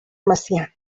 macià